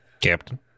Captain